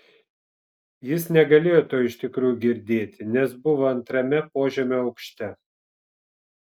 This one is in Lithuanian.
jis negalėjo to iš tikrųjų girdėti nes buvo antrame požemio aukšte